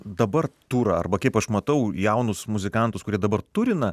dabar turą arba kaip aš matau jaunus muzikantus kurie dabar turina